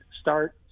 start